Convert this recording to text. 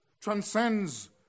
transcends